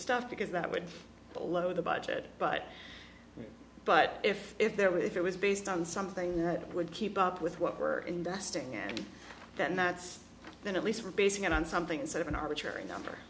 stuff because that would blow the budget but but if if there were if it was based on something that would keep up with what we're investing in then that's that at least we're basing it on something sort of an arbitrary number